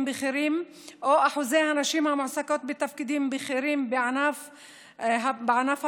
בכירים או את אחוזי הנשים המועסקות בתפקידים בכירים בענף הפרטי,